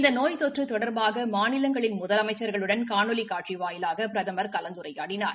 இந்த நோய் தொற்று தொடர்பாக மாநிலங்களின் முதலமைச்சர்களுடன் காணொலி காட்சி வாயிலாக பிரதமர் கலந்துரையாடினார்